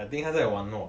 I think 他在玩我